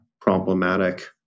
problematic